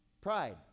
pride